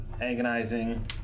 agonizing